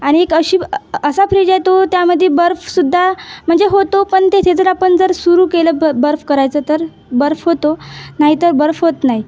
आणि एक अशी असा फ्रीज आहे तो त्यामध्ये बर्फसुद्धा म्हणजे होतो पण तेथे जर आपण जर सुरू केलं बर्फ करायचं तर बर्फ होतो नाहीतर बर्फ होत नाही